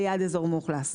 ליד אזור מאוכלס,